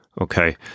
Okay